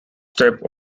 step